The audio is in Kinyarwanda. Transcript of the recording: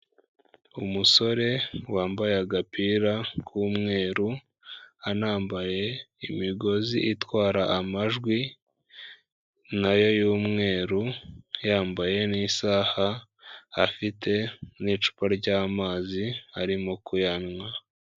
Umusore wambaye agapira k'umweru anambaye imigozi itwara amajwi nayo y'umweru, yambaye n'isaha, afite n'icupa ry'amazi arimo kuyanywa.